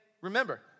remember